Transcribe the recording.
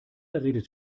redet